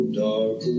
dark